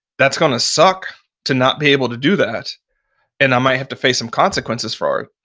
that's going to suck to not be able to do that and i might have to face some consequences for it,